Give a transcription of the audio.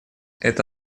это